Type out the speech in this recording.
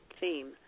theme